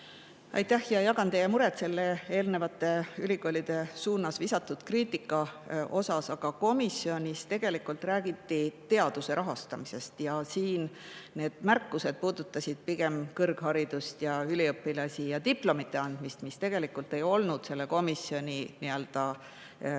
Aitäh! Ma jagan teie muret selle ülikoolide suunas visatud kriitika pärast, aga komisjonis räägiti teaduse rahastamisest. Siin need märkused puudutasid pigem kõrgharidust ja üliõpilasi ja diplomite andmist, mis tegelikult ei olnud komisjonis selle teema